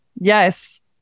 yes